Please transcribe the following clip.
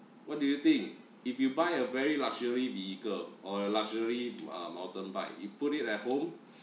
what do you think if you buy a very luxury vehicle or a luxury uh mountain bike you put it at home